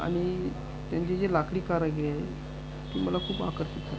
आणि त्यांची जी लाकडी कारागिरी आहे ती मला खूप आकर्षित करते